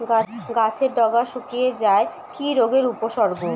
গাছের ডগা শুকিয়ে যাওয়া কি রোগের উপসর্গ?